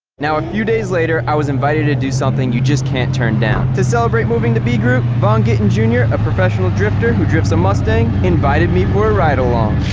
now a few days later, i was invited to do something you just can't turn down. to celebrate moving to b group, vaughn gittin jr, a professional drifter who drifts a mustang, invited me for a ride-along.